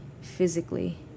physically